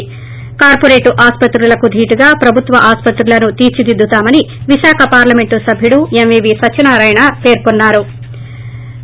ి కార్పొరేట్ ఆసుపత్రులకు ధీటుగా ప్రభుత్వ ఆసుపత్రులను తీర్చిదిద్దుతామని విశాఖ పార్లమెంట్ సభ్యుడు ఎంవీవీ సత్యనారాయణ పేర్కొన్నా రు